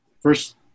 first